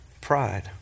pride